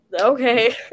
okay